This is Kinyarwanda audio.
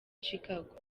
chicago